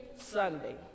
Sunday